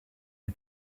you